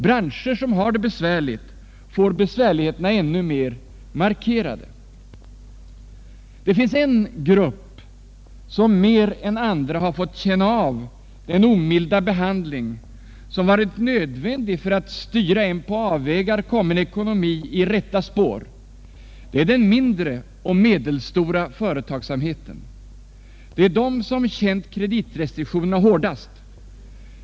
Branscher som har det besvärligt får besvärligheterna ännu mer markerade. Det finns en grupp som mer än andra har fått känna av den omilda behandling som varit nödvändig för att styra en på avvägar kommen Allmänpolitisk debatt Allmänpolitisk debatt ekonomi i rätta spår, nämligen de mindre och medelstora företagen. Det är de som har känt kreditrestriktionerna hårdast.